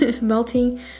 melting